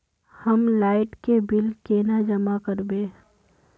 हम लाइट के बिल केना जमा करबे?